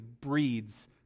breeds